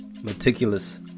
meticulous